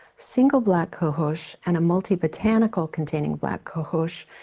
single black cohosh and a multi botanical containing black cohosh,